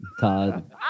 Todd